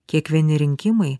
kiekvieni rinkimai